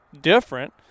different